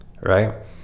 right